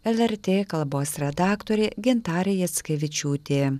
lrt kalbos redaktorė gintarė jackevičiūtė